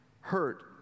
hurt